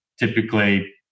Typically